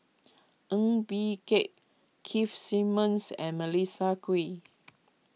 Ng Bee Kia Keith Simmons and Melissa Kwee